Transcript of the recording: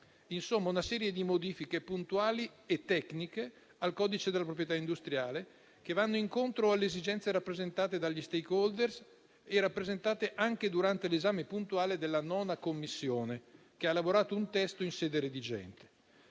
Insomma, una serie di modifiche puntuali e tecniche al codice della proprietà industriale, che vanno incontro alle esigenze rappresentate dagli *stakeholder,* rappresentate anche durante l'esame puntuale della 9ªCommissione, che ha lavorato al testo in sede redigente.